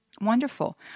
Wonderful